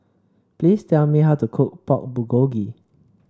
please tell me how to cook Pork Bulgogi